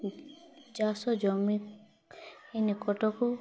ଚାଷ ଜମି ନିକଟକୁ